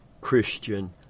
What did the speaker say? Christian